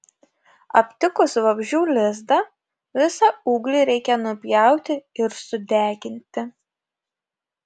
aptikus vabzdžių lizdą visą ūglį reikia nupjauti ir sudeginti